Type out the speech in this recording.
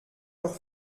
leur